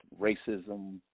racism